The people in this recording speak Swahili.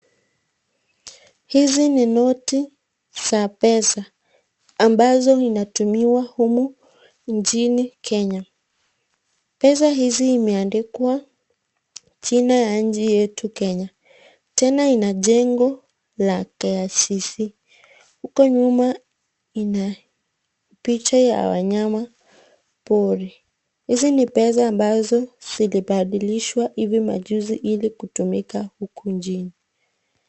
Hizi ni noti za pesa, ambazo zinatumiwa humu nchini kenya. Pesa hizi imeandwa jina ya nchi yetu kenya, tena lena jengo la KICC. Huko nyuma lina picha la wanyama pori. Hizi ni pesa ambazo zilibadilishwa hivi majuzi ili kutumika huku nchini.